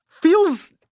feels